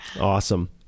Awesome